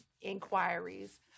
inquiries